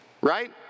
Right